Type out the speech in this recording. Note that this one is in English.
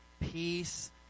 peace